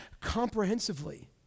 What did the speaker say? comprehensively